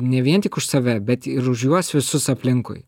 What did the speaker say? ne vien tik už save bet ir už juos visus aplinkui